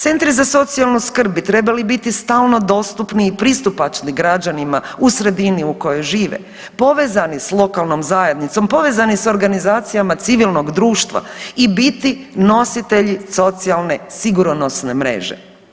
Centri za socijalnu skrb bi trebali biti stalno dostupni i pristupačni građanima u sredini u kojoj žive, povezani s lokalnom zajednicom, povezani s organizacijama civilnog društva i biti nositelji socijalne sigurnosne mreže.